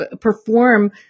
perform